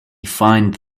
find